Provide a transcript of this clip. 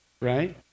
Right